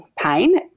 pain